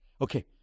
Okay